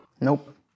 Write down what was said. Nope